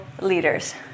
leaders